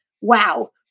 wow